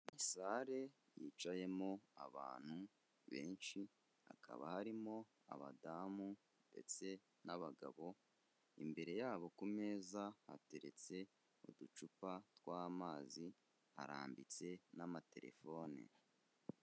Sare yicayemo abantu benshi, hakaba harimo abadamu ndetse n'abagabo, imbere yabo ku meza, hateretse uducupa tw'amazi, harambitse n'amaterefone.